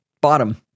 Bottom